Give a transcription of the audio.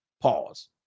Pause